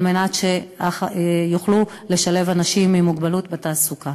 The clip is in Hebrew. ועל מנת שיוכלו לשלב אנשים עם מוגבלות בתעסוקה.